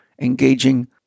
engaging